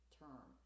term